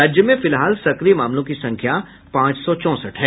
राज्य में फिलहाल सक्रिय मामलों की संख्या पांच सौ चौंसठ है